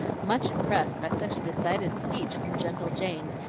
much impressed by such a decided speech from gentle jane,